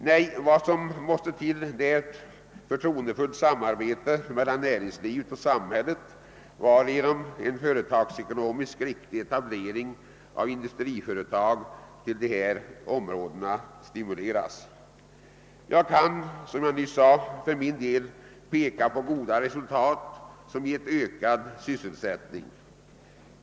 Nej, vad som måste till är ett förtroendefullt samarbete mellan näringslivet och samhället, varigenom en företagsekonomiskt riktig etablering av industriföretag till dessa områden stimuleras. Jag kan, som jag nyss anförde, för Dalslands del peka på goda resultat som gett ökad sysselsättning.